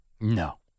No